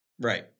Right